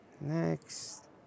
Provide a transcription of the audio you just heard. Next